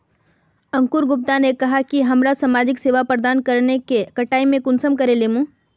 अंकूर गुप्ता ने कहाँ की हमरा समाजिक सेवा प्रदान करने के कटाई में कुंसम करे लेमु?